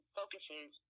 focuses